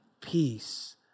peace